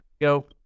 Go